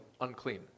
unclean